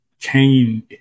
Cain